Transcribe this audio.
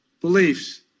beliefs